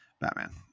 Batman